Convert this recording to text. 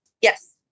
Yes